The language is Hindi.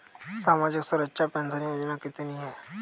सामाजिक सुरक्षा पेंशन योजना कितनी हैं?